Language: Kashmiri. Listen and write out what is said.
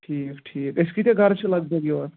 ٹھیٖک ٹھیٖک أسۍ کۭتیٛاہ گرٕ چھِ لگ بگ یور